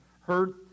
heard